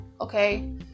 okay